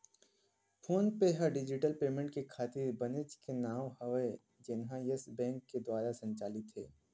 phone पे ह digital payment के खातिर बनेच के नांव हवय जेनहा यस बेंक दुवार संचालित हे